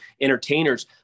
entertainers